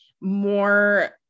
more